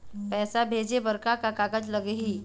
पैसा भेजे बर का का कागज लगही?